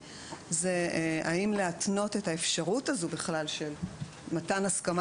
האם להתנות את האפשרות של מתן הסכמה